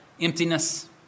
emptiness